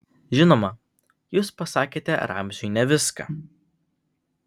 žinoma jūs pasakėte ramziui ne viską